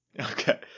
okay